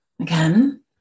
again